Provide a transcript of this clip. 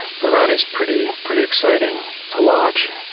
the rut is pretty pretty exciting to watch.